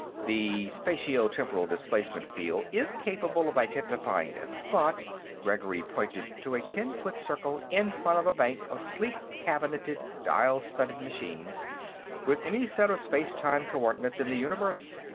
the spatio-temporal displacement field is capable of identifying that spot gregory pointed to a ten-foot circle in front of a bank of sleek-cabineted, dial-studded machines with any set of space-time coordinates in the universe.